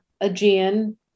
Aegean